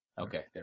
okay